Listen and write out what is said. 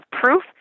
proof